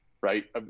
Right